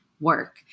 work